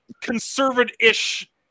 conservative-ish